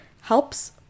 helps